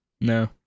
No